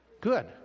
Good